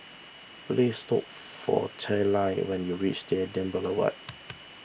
please look for Tallie when you reach Stadium Boulevard